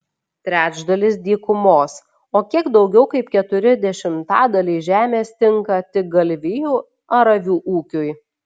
trečdalis dykumos o kiek daugiau kaip keturi dešimtadaliai žemės tinka tik galvijų ar avių ūkiui